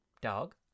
Dog